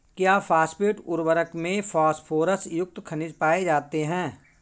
क्या फॉस्फेट उर्वरक में फास्फोरस युक्त खनिज पाए जाते हैं?